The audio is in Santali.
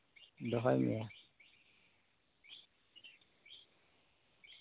ᱫᱚᱦᱚᱭ ᱢᱮ